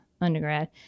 undergrad